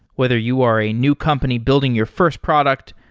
whether you are a new company building your first product,